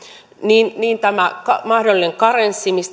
niin niin tämä mahdollinen karenssi